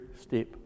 step